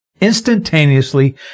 instantaneously